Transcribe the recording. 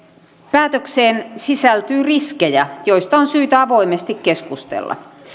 päätökseen sisältyy riskejä joista on syytä avoimesti keskustella